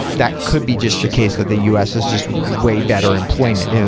that could be just the case that the u s. has just way better employment,